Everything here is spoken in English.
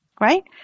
right